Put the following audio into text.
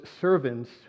servants